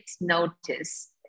notice